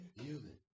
human